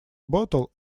bottle